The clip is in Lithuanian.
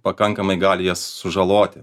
pakankamai gali jas sužaloti